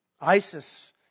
isis